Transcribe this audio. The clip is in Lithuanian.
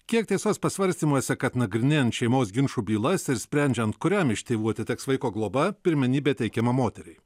kiek tiesos pasvarstymuose kad nagrinėjant šeimos ginčų bylas ir sprendžiant kuriam iš tėvų atiteks vaiko globa pirmenybė teikiama moteriai